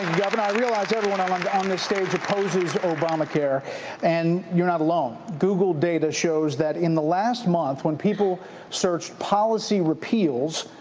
governor, i realize everyone um and on this stage opposes obamacare and you're not alone. google data shows that in the last month when people searched policy repeals,